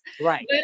Right